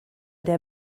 der